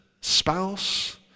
spouse